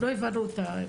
אותה.